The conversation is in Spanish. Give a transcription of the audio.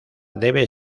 debe